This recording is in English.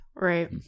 Right